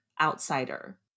outsider